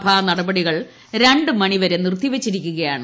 സഭാനടപടികൾ രണ്ടു മണിവരെ നിർത്തിവച്ചിരിക്കുകയാണ്